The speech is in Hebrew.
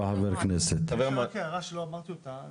עוד הערה שלא אמרתי אותה.